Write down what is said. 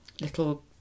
little